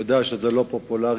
אני יודע שזה לא פופולרי,